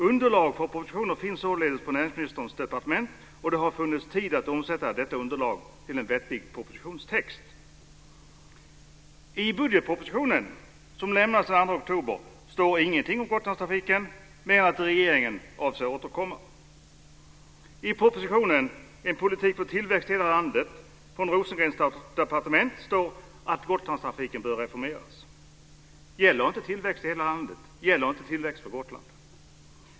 Underlag för propositioner finns således på Näringsministerns departement, och det har funnits tid för att omsätta detta underlag till en vettig propositionstext. 20 september, står det ingenting om Gotlandstrafiken utöver att regeringen avser att återkomma. I propositionen En politik för tillväxt i hela landet från Rosengrens departement står det att Gotlandstrafiken bör reformeras. Gäller inte tillväxt i hela landet? Gäller inte tillväxt för Gotland?